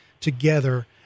together